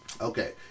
Okay